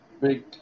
Big